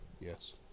Yes